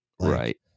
Right